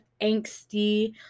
angsty